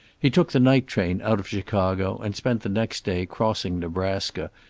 he took the night train out of chicago and spent the next day crossing nebraska,